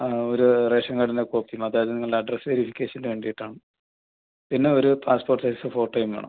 ഒരു റേഷൻ കാർഡിൻ്റെ കോപ്പിയും അതായത് നിങ്ങളുടെ അഡ്രസ്സ് വേരിഫിക്കേഷന് വേണ്ടിയിട്ടാണ് പിന്നെ ഒരു പാസ്പ്പോട്ട് സൈസ്സ് ഫോട്ടോയും വേണം